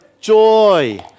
joy